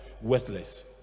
worthless